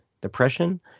depression